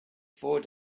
four